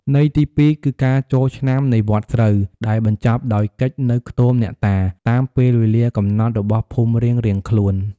ន័យទី ២ គឺការចូលឆ្នាំនៃវដ្តស្រូវ ដែលបញ្ចប់ដោយកិច្ចនៅខ្ទមអ្នកតា តាមពេលវេលាកំណត់របស់ភូមិរៀងៗខ្លួន។